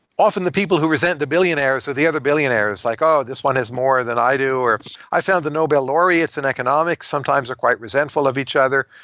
often, the people who resent the billionaires the other billionaires like, oh, this one is more than i do, or i found the nobel laureates in economics sometimes are quite resentful of each other,